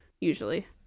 usually